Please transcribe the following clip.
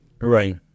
Right